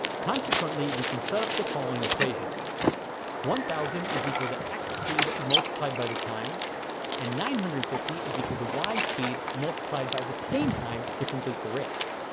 consequently, we can set up the following equations one thousand is equal to x speed multiplied by the time and nine hundred and fifty is equal to y speed multiplied by the same time to complete the race.